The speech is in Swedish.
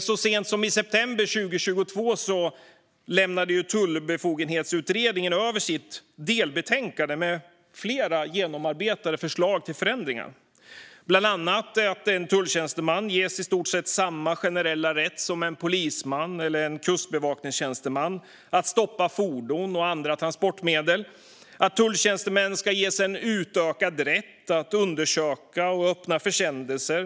Så sent som i september 2022 lämnade Tullbefogenhetsutredningen över sitt delbetänkande med flera genomarbetade förslag till förändringar. Bland annat skulle en tulltjänsteman ges i stort sett samma generella rätt som en polisman eller en kustbevakningstjänsteman att stoppa fordon och andra transportmedel. Vidare skulle tulltjänstemän ges utökad rätt att undersöka och öppna försändelser.